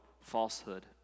falsehood